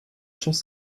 camps